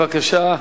בבקשה,